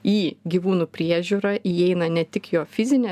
į gyvūnų priežiūrą įeina ne tik jo fizinė